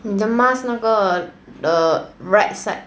你的 mask 是那个 the right side